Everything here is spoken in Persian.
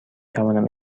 توانم